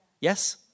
Yes